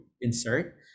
insert